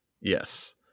yes